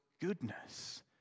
goodness